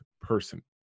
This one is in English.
person